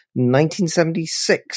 1976